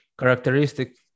characteristic